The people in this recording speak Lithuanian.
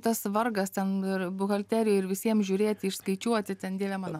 tas vargas ten ir buhalterija ir visiems žiūrėti išskaičiuoti ten dieve mano